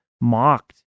mocked